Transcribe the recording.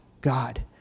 god